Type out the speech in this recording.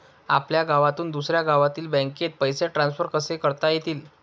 आपल्या गावातून दुसऱ्या गावातील बँकेत पैसे ट्रान्सफर कसे करता येतील?